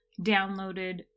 downloaded